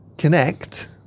Connect